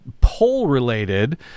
poll-related